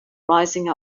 rising